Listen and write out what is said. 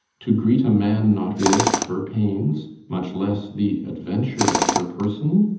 to greet a man not worth her pains, much less the adventure of her person?